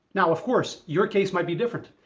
now of course, your case may be different,